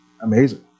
amazing